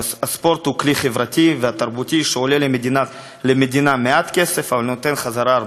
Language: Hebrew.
הספורט הוא כלי חברתי ותרבותי שעולה למדינה מעט כסף אבל נותן הרבה חזרה.